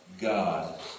God